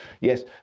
Yes